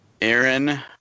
Aaron